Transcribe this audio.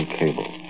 cable